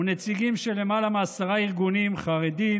ונציגים של למעלה מעשרה ארגונים חרדיים,